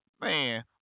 Man